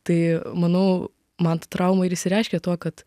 tai manau man tai trauma ir išsireiškia tuo kad